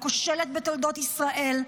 הכושלת בתולדות ישראל,